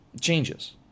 changes